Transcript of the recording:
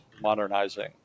modernizing